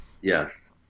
Yes